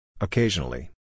Occasionally